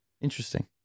Interesting